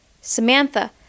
Samantha